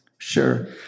Sure